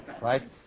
Right